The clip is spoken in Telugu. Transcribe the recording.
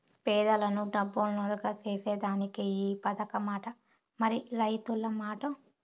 పేదలను డబ్బునోల్లుగ సేసేదానికే ఈ పదకమట, మరి రైతుల మాటో